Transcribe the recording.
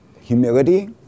humility